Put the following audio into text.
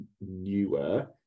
newer